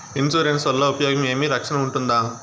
Insurance వల్ల ఉపయోగం ఏమి? రక్షణ ఉంటుందా?